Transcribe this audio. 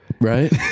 right